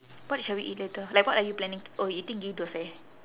what shall we eat later like what are you planning to oh you eating ghee thosai